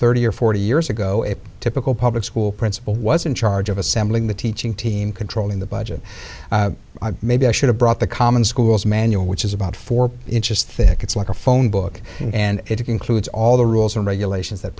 thirty or forty years ago a typical public school principal was in charge of assembling the teaching team controlling the budget maybe i should have brought the common schools manual which is about four inches thick it's like a phone book and it includes all the rules and regulations that